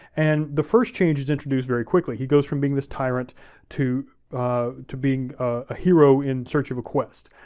and the first change is introduced very quickly. he goes from being this tyrant to to being a hero in search of a quest.